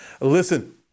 Listen